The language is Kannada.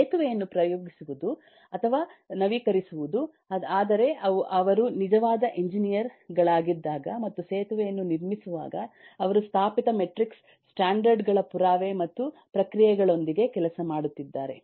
ಸೇತುವೆಯನ್ನು ಪ್ರಯೋಗಿಸುವುದು ಅಥವಾ ನವೀಕರಿಸುವುದು ಆದರೆ ಅವರು ನಿಜವಾದ ಎಂಜಿನಿಯರ್ ಗಳಾಗಿದ್ದಾಗ ಮತ್ತು ಸೇತುವೆಯನ್ನು ನಿರ್ಮಿಸುವಾಗ ಅವರು ಸ್ಥಾಪಿತ ಮೆಟ್ರಿಕ್ಸ್ ಸ್ಟ್ಯಾಂಡರ್ಡ್ ಗಳ ಪುರಾವೆ ಮತ್ತು ಪ್ರಕ್ರಿಯೆಗಳೊಂದಿಗೆ ಕೆಲಸ ಮಾಡುತ್ತಿದ್ದಾರೆ